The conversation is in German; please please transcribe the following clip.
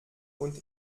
und